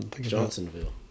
Johnsonville